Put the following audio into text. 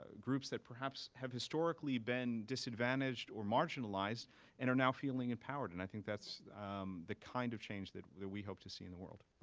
ah groups that perhaps have historically been disadvantaged or marginalized and are now feeling empowered, and i think that's the kind of change that we hope to see in the world.